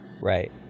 Right